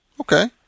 okay